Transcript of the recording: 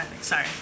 sorry